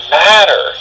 matter